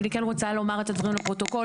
אבל אני כן רוצה לומר את הדברים לפרוטוקול.